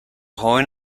joven